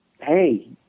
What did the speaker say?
hey